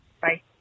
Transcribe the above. bye